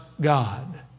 God